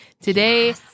Today